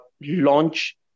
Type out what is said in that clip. launch